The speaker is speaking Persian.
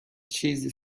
چیزی